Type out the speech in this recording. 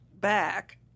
back